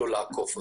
לעקוף אותו.